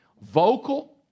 vocal